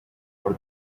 for